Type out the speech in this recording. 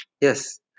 Yes